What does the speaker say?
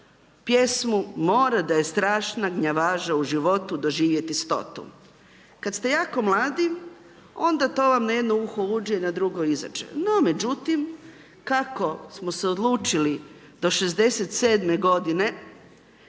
pjesmu „Mora da je strašna gnjavaža u životu doživjeti stotu“. Kad ste jako mladi onda to vam na jedno uho uđe na drugo izađe, no međutim, kako smo se odlučili do 67 godine